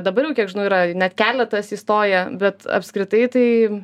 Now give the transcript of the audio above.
dabar jau kiek žinau yra net keletas įstoję bet apskritai tai